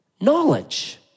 knowledge